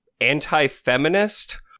anti-feminist